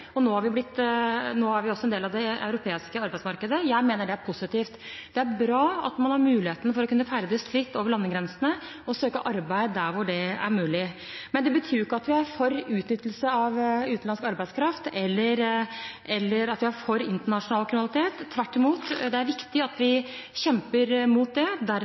Nå er vi også en del av det europeiske arbeidsmarkedet, og jeg mener det er positivt. Det er bra at man har mulighet til å ferdes fritt over landegrensene og søke arbeid der det er mulig. Men det betyr ikke at vi er for utnyttelse av utenlandsk arbeidskraft, eller at vi er for internasjonal kriminalitet. Tvert imot er det viktig at vi kjemper mot det.